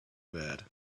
bad